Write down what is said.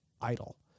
idle